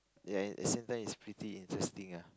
ya at the same time is pretty interesting ah